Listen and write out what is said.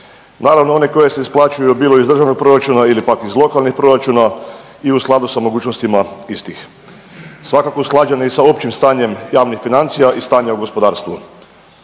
naravno one koje se isplaćuju bilo iz Državnog proračuna ili pak iz lokalnih proračuna i u skladu sa mogućnostima istih. Svakako usklađene i sa općim stanjem javnih financija i stanja u gospodarstvu.